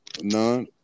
None